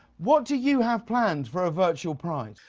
what do you have planned for virtual pride?